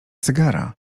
cygara